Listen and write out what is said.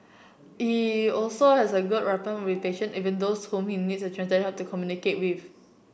he also has a good rapport with patient even those whom he needs a translator's help to communicate with